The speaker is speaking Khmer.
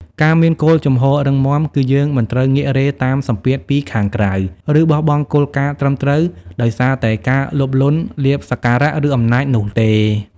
ការមានគោលជំហររឹងមាំ គឺយើងមិនត្រូវងាករេតាមសម្ពាធពីខាងក្រៅ ឬបោះបង់គោលការណ៍ត្រឹមត្រូវ ដោយសារតែការលោភលន់ លាភសក្ការៈ ឬអំណាចនោះទេ។